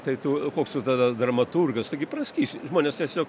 tai tu koks tada dramaturgas taigi praskysi žmonės tiesiog